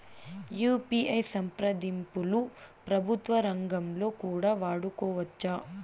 UPI సంప్రదింపులు ప్రభుత్వ రంగంలో కూడా వాడుకోవచ్చా?